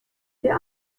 der